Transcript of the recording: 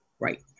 Right